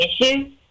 issues